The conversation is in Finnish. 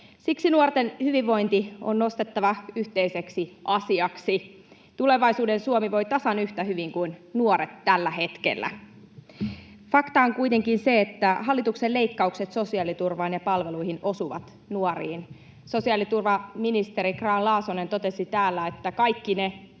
Siksi nuorten hyvinvointi on nostettava yhteiseksi asiaksi. Tulevaisuuden Suomi voi tasan yhtä hyvin kuin nuoret tällä hetkellä. Fakta on kuitenkin se, että hallituksen leikkaukset sosiaaliturvaan ja palveluihin osuvat nuoriin. Sosiaaliturvaministeri Grahn-Laasonen totesi täällä, että kaikki ne